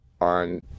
on